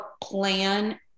plan